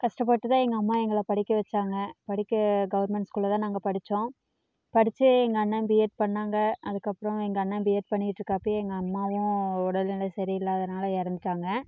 கஷ்டப்பட்டு தான் எங்கள் அம்மா எங்களை படிக்க வச்சாங்க படிக்க கவர்மெண்ட் ஸ்கூல்ல தான் நாங்கள் படித்தோம் படிசத்து எங்கள் அண்ணா பிஏட் பண்ணுணாங்க அதுக்கப்புறம் எங்கள் அண்ணா பிஏட் பண்ணிகிட்ருக்கறப்பையே எங்கள் அம்மாவும் உடல்நிலை சரியில்லாததனால இறந்துட்டாங்க